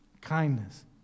kindness